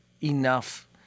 enough